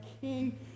king